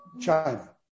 China